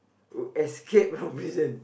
escaped from prison